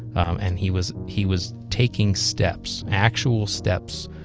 um and he was he was taking steps, actual steps,